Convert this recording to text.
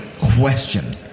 question